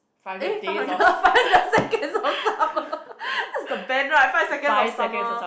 eh Five Hundred Five Hundred Seconds of Summer that's the band right Five Seconds of Summer